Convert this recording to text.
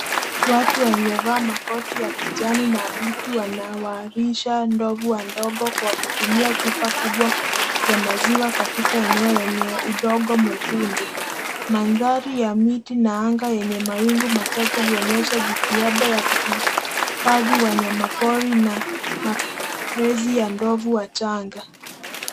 Watu waliovaa makoti ya kijani na buti wanawalisha ndovu wadogo kwa kutumia chupa kubwa za maziwa katika eneo lenye udongo mwekundu. Mandhari ya miti na anga yenye mawingu machache huonyesha jitihada ya kuhifadhi wanyama pori na malezei ya mandovu wachanga.